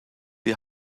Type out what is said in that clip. die